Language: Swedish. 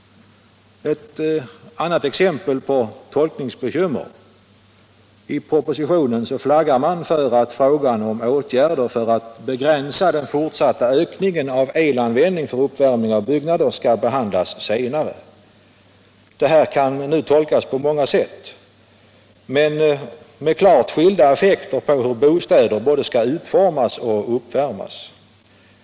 Ett annat exempel på tolkningsbekymmer: I propositionen flaggar man för att frågan om åtgärder för att begränsa den fortsatta ökningen av elanvändning för uppvärmning av byggnader skall behandlas senare. Detta kan tolkas på många sätt men med klart skilda effekter för hur bostäder både skall utformas och uppvärmas.